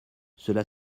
cela